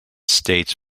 states